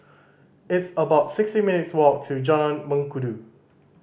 it's about sixty minutes' walk to Jalan Mengkudu